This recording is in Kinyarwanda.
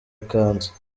ikanzu